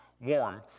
warm